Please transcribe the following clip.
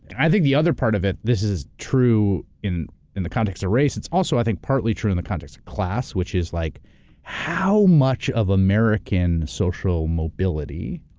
i think the other part of it, this is true in in the context of race. it's also i think partly true in the context of class, which is like how much of american social mobility